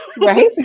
Right